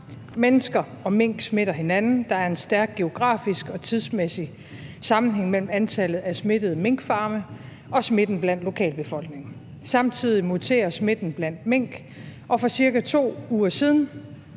Mennesker og mink smitter hinanden; der er en stærk geografisk og tidsmæssig sammenhæng mellem antallet af smittede minkfarme og smitten blandt lokalbefolkningen. Samtidig muterer smitten blandt mink, og for ca. 2 uger siden